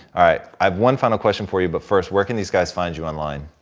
i have one final question for you, but first, where can these guys find you online?